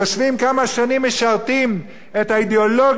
משרתים את האידיאולוגיה הקפיטליסטית,